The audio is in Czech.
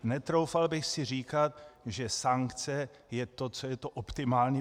Netroufal bych si říkat, že sankce je to, co je optimální.